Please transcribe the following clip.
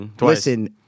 listen